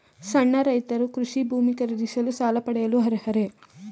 ಸಣ್ಣ ರೈತರು ಕೃಷಿ ಭೂಮಿ ಖರೀದಿಸಲು ಸಾಲ ಪಡೆಯಲು ಅರ್ಹರೇ?